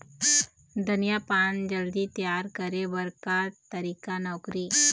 धनिया पान जल्दी तियार करे बर का तरीका नोकरी?